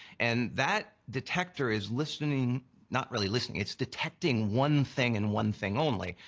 and that detector is listening not really listening it's detecting one thing and one thing only,